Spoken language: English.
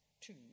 Two